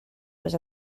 was